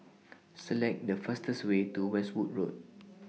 Select The fastest Way to Westwood Road